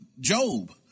Job